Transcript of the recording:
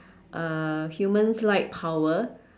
uh humans like power